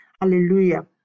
Hallelujah